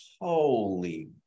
Holy